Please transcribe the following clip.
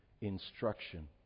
instruction